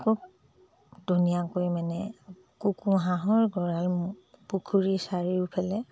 খুব ধুনীয়াকৈ মানে কুকু হাঁহৰ গঁৰাল পুখুৰী চাৰিওফালে